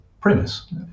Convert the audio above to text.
premise